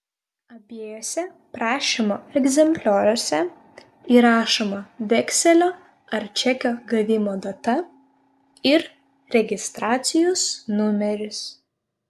abiejuose prašymo egzemplioriuose įrašoma vekselio ar čekio gavimo data ir registracijos numeris